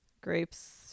grapes